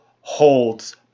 holds